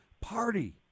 party